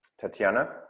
Tatiana